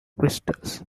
crystals